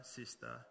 sister